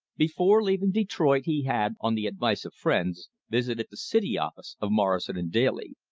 before leaving detroit he had, on the advice of friends, visited the city office of morrison and daly.